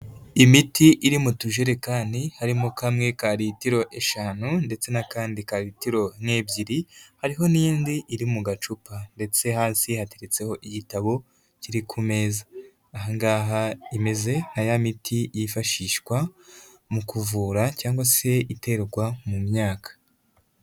Imiti iri mu tujerekani, harimo kamwe ka litiro eshanu ndetse n'akandi ka litiro nk'ebyiri, hariho n'indi iri mu gacupa ndetse hasi hateretseho igitabo kiri ku meza aha ngaha imeze nka ya miti yifashishwa mu kuvura cyangwa se iterwa mu myaka.